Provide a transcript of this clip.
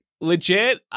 Legit